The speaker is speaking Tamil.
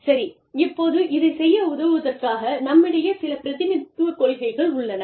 சரி இப்போது இதைச் செய்ய உதவுவதற்காக நம்மிடையே சில பிரதிநிதித்துவ கொள்கைகள் உள்ளன